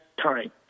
time